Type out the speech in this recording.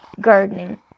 gardening